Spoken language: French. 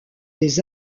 des